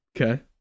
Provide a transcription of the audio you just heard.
okay